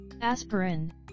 Aspirin